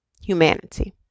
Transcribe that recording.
humanity